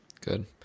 Good